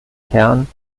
kern